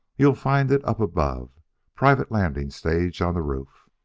you'll find it up above private landing stage on the roof.